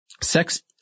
sex